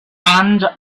and